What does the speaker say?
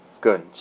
good